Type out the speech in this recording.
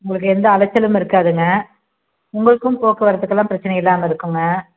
உங்களுக்கு எந்த அலைச்சலும் இருக்காதுங்க உங்களுக்கும் போக்குவரத்துக்கெல்லாம் பிரச்சினை இல்லாமல் இருக்குமுங்க